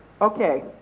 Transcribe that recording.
okay